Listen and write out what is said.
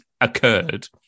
occurred